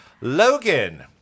Logan